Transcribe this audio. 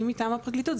היא מטעם הפרקליטות.